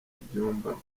byumba